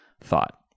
thought